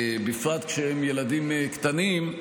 בפרט כשהם ילדים קטנים,